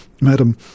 Madam